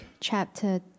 chapter